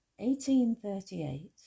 1838